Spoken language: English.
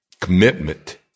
commitment